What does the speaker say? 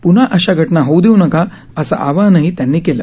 प्न्हा अशा घटना होऊ देऊ नका असं आवाहनही त्यांनी केलं